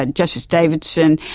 ah justice davidson,